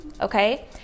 okay